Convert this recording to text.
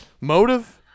motive